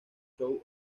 shows